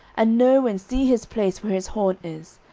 and know and see his place where his haunt is,